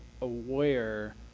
aware